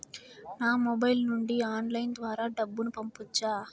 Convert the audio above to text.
నా మొబైల్ నుండి ఆన్లైన్ ద్వారా డబ్బును పంపొచ్చా